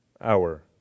hour